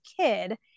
kid